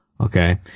Okay